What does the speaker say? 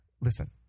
Listen